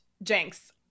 Jenks